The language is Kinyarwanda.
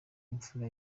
imfura